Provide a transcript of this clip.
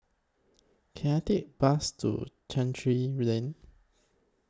Can I Take Bus to Chancery Lane